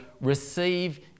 receive